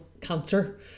cancer